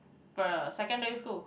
secondary school